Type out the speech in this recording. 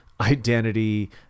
identity